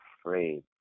afraid